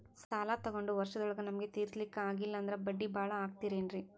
ಸಾಲ ತೊಗೊಂಡು ವರ್ಷದೋಳಗ ನಮಗೆ ತೀರಿಸ್ಲಿಕಾ ಆಗಿಲ್ಲಾ ಅಂದ್ರ ಬಡ್ಡಿ ಬಹಳಾ ಆಗತಿರೆನ್ರಿ?